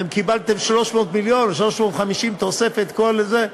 אתם קיבלתם 300 מיליון, ו-350 תוספת, כל זה.